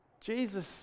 Jesus